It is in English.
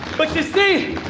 but you see,